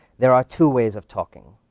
there are two ways of talking.